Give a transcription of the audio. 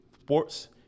sports